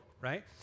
right